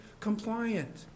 compliant